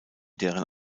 deren